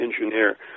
engineer